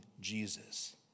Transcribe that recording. Jesus